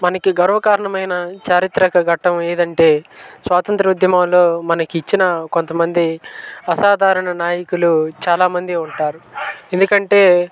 మనకి గర్వకారణమైన చారిత్రక ఘట్టం ఏది అంటే స్వాతంత్ర ఉద్యమంలో మనకు ఇచ్చిన కొంతమంది అసాధారణ నాయకులు చాలామంది ఉంటారు ఎందుకంటే